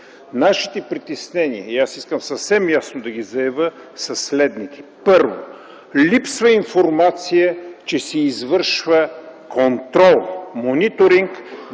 Нашите притеснения, които искам съвсем ясно да заявя, са следните. Първо, липсва информация, че се извършва контрол – мониторинг